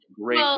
Great